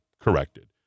corrected